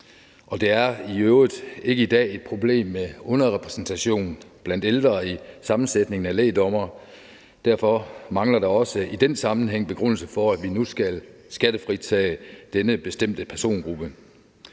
Der er i øvrigt i dag ikke et problem med underrepræsentation af ældre i sammensætningen af lægdommere. Derfor mangler der også i den sammenhæng en begrundelse for, at vi nu skal skattefritage denne bestemte persongruppe.